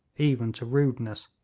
even to rudeness.